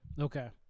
Okay